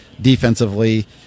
defensively